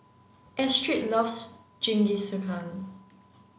Astrid loves Jingisukan